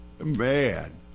man